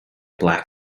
black